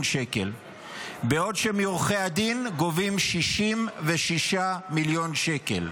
בעוד שמעורכי הדין גובים 66 מיליון שקלים.